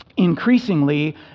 increasingly